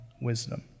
wisdom